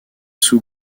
sous